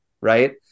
Right